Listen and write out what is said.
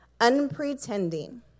Unpretending